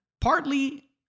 Partly